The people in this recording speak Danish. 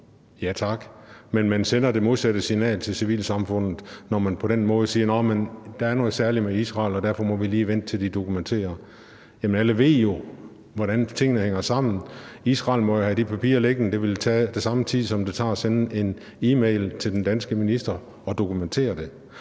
Ja tak, men man sender det modsatte signal til civilsamfundet, når man på den måde siger, at der er noget særligt med Israel, og at vi derfor lige må vente, til de dokumenterer det. Alle ved jo, hvordan tingene hænger sammen, og Israel må jo have de papirer liggende, og det vil tage den samme tid, som det tager at sende en e-mail til den danske minister, at dokumentere det.